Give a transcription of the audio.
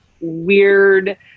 weird